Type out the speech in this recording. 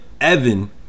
Evan